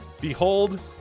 behold